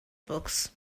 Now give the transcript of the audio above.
books